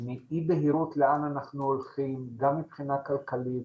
מאי בהירות לאן אנחנו הולכים גם מבחינה כלכלית,